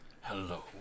Hello